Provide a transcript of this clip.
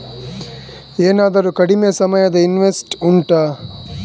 ಏನಾದರೂ ಕಡಿಮೆ ಸಮಯದ ಇನ್ವೆಸ್ಟ್ ಉಂಟಾ